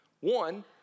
One